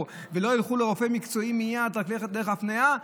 ולא ילכו לרופא מקצועי מייד אלא רק דרך הפניה?